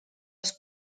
ers